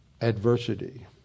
adversity